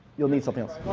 you'll need something else.